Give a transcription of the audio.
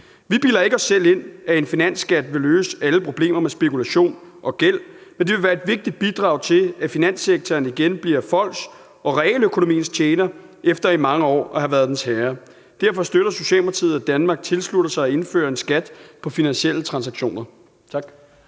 Vi bilder ikke os selv ind, at en finansskat vil løse alle problemer med spekulation og gæld. Men det vil være et vigtigt bidrag til, at finanssektoren igen bliver folks og realøkonomiens tjener efter i mange år at have været deres herre. Derfor støtter Socialdemokratiet, at Danmark tilslutter sig at indføre en skat på finansielle transaktioner. Tak.